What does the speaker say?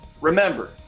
remember